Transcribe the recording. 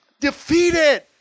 defeated